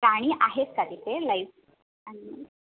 प्राणी आहेत का तिथे लाईव प्राणी